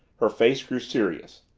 her face grew serious.